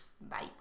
Bye